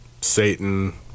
Satan